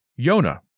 Yona